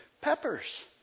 peppers